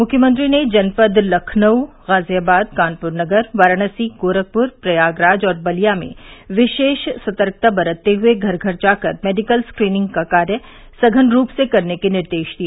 मुख्यमंत्री ने जनपद लखनऊ गाजियाबाद कानपुर नगर वाराणसी गोरखपुर प्रयागराज और बलिया में विशेष सतर्कता बरतते हुए घर घर जाकर मेडिकल स्क्रीनिंग का कार्य सघन रूप से करने के निर्देश दिए